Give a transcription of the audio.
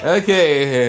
Okay